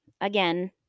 again